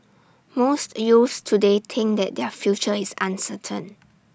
most youths today think that their future is uncertain